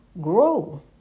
grow